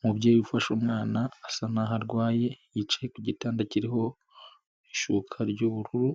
Umubyeyi ufashe umwana, asa naho arwaye yicaye ku gitanda kiriho, ishuka ry'ubururu,